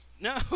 No